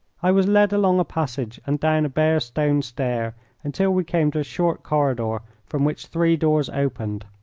i was led along a passage and down a bare stone stair until we came to a short corridor from which three doors opened.